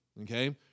okay